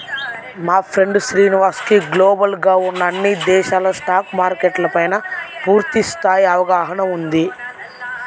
మా ఫ్రెండు శ్రీనివాస్ కి గ్లోబల్ గా ఉన్న అన్ని దేశాల స్టాక్ మార్కెట్ల పైనా పూర్తి స్థాయి అవగాహన ఉంది